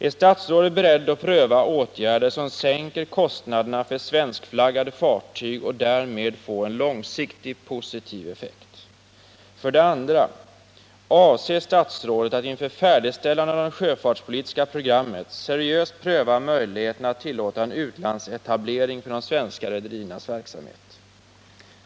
Är statsrådet beredd att pröva åtgärder som sänker kostnaderna för svenskflaggade fartyg, så att vi därmed kan få en långsiktigt positiv effekt? 2. Avser statsrådet att inför färdigställandet av det sjöfartspolitiska programmet seriöst pröva möjligheterna att tillåta en utlandsetablering för de svenska rederiernas verksamhet?